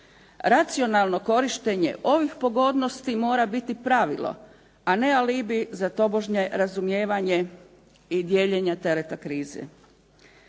Racionalno korištenje ovih pogodnosti mora biti pravilo, a ne alibi za tobožnje razumijevanje i dijeljenja tereta krize.